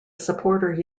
supporter